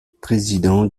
président